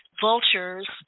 Vultures